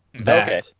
Okay